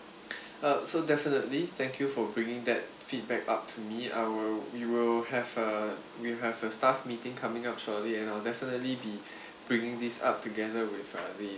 uh so definitely thank you for bringing that feedback up to me I will we will have uh we have a staff meeting coming up shortly and I'll definitely be bringing this up together with uh the